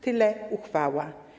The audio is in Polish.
Tyle uchwała.